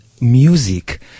music